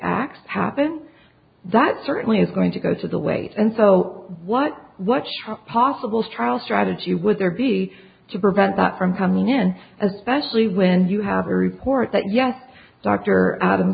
acts happen that certainly is going to go to the waste and so what what shock possible trial strategy would there be to prevent that from coming in especially when you have a report that yes dr adam